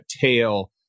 tail